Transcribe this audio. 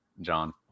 John